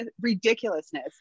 ridiculousness